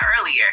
earlier